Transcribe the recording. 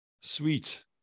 sweet